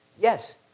Yes